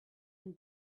and